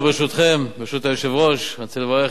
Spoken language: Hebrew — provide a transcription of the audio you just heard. ברשותכם, ברשות היושב-ראש, אני רוצה לברך את